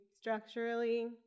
structurally